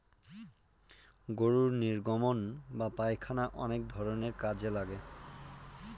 গরুর নির্গমন বা পায়খানা অনেক ধরনের কাজে লাগে